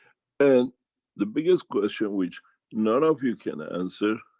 and the biggest question which none of you can answer,